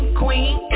queen